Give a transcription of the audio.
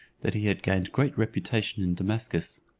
that he had gained great reputation in damascus.